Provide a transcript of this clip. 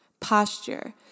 Posture